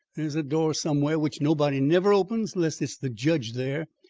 there's a door somewhere which nobody never opens unless it's the jedge there.